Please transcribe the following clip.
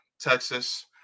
texas